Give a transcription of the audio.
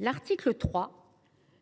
L’article 3